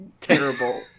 terrible